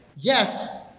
yes,